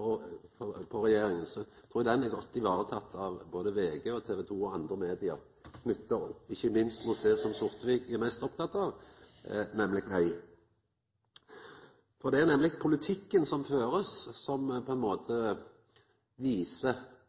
overfor regjeringa, trur eg det er godt vareteke av både VG og TV 2 og andre medium, knytt opp ikkje minst mot det som Sortevik er mest oppteken av, nemleg veg. Det er nemleg politikken som blir ført, som på ein måte viser